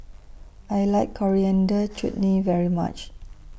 I like Coriander Chutney very much